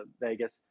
Vegas